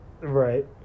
right